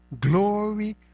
glory